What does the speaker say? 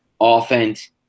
offense